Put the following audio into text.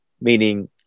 meaning